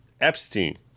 Epstein